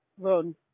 run